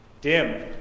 Dim